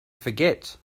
forget